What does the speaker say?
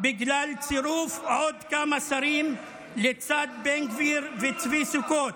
בגלל צירוף עוד כמה שרים לצד בן גביר וצבי סוכות.